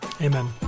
amen